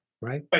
right